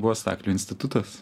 buvo staklių institutas